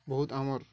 ବହୁତ ଆମର୍